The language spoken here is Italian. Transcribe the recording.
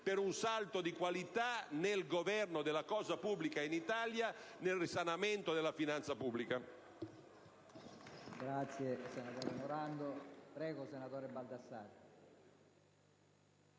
per un salto di qualità nel governo della cosa pubblica in Italia e nel risanamento della finanza pubblica.